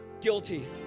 guilty